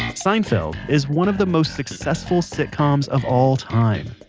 seinfeld is one of the most successful sitcoms of all time.